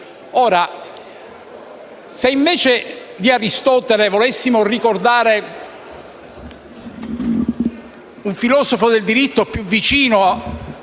cosa. Se invece di Aristotele volessimo ricordare un filosofo del diritto più vicino